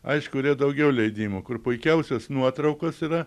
aišku yra daugiau leidimų kur puikiausios nuotraukos yra